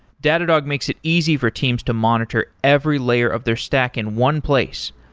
datadog makes it easy for teams to monitor every layer of their stack in one place,